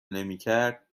نمیکرد